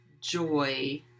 joy